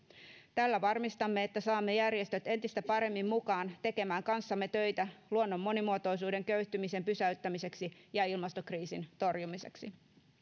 tällä varmistamme että saamme järjestöt entistä paremmin mukaan tekemään kanssamme töitä luonnon monimuotoisuuden köyhtymisen pysäyttämiseksi ja ilmastokriisin torjumiseksi